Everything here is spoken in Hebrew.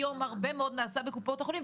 היום הרבה מאוד נעשה בקופות החולים,